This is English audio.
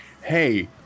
hey